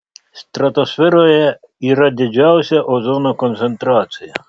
stratosferoje yra didžiausia ozono koncentracija